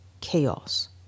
chaos